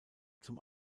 zum